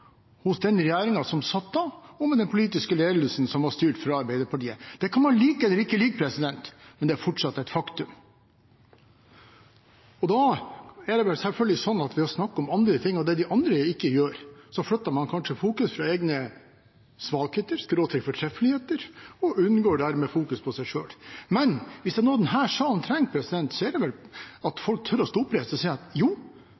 hos den regjeringen som satt da, og med den politiske ledelsen som var styrt fra Arbeiderpartiet. Det kan man like eller ikke like, men det er fortsatt et faktum. Da er det selvfølgelig sånn at ved å snakke om andre ting, og om det de andre ikke gjør, flytter man kanskje fokus bort fra egne svakheter/fortreffeligheter og unngår dermed fokusering på seg selv. Men hvis det er noe denne salen trenger, er det vel at folk tør å stå oppreist og si at